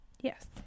Yes